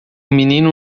menino